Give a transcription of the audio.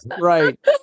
Right